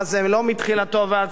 מתחילתו ועד סופו.